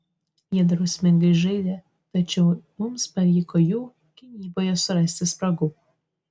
jie drausmingai žaidė tačiau mums pavyko jų gynyboje surasti spragų